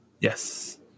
Yes